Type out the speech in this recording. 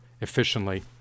efficiently